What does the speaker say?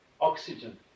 oxygen